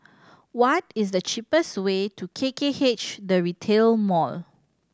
what is the cheapest way to K K H The Retail Mall